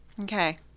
Okay